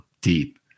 deep